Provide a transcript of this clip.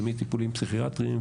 זה מטיפולים פסיכיאטריים,